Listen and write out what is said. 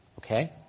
Okay